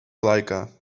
laikā